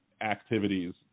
activities